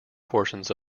portions